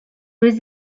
was